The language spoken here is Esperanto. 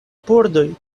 pordoj